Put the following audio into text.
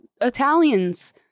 italians